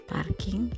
Parking